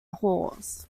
halls